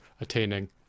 attaining